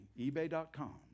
ebay.com